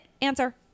Answer